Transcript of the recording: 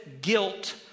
guilt